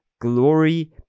glory